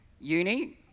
uni